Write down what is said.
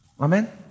Amen